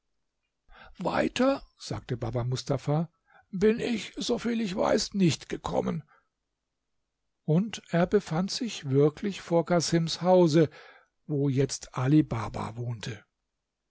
weiter sagte baba mustafa bin ich so viel ich weiß nicht gekommen und er befand sich wirklich vor casims hause wo jetzt ali baba wohnte